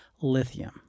lithium